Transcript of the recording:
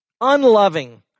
unloving